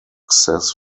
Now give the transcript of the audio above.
assess